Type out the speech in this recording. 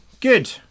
good